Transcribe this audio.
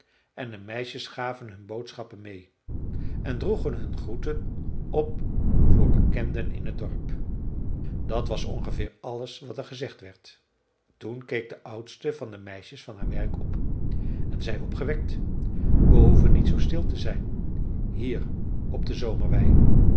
en de meisjes gaven hun boodschappen mee en droegen hun groeten op voor bekenden in t dorp dat was ongeveer alles wat er gezegd werd toen keek de oudste van de meisjes van haar werk op en zei opgewekt we hoeven niet zoo stil te zijn hier op de zomerwei